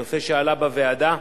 נושא שעלה בוועדה.